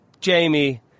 Jamie